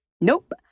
Nope